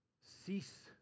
cease